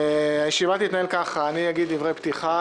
הישיבה תתנהל ככה: אני אגיד דברי פתיחה,